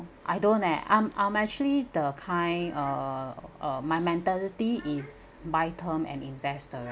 I don't leh I'm I'm actually the kind uh uh my mentality is buy term and invest the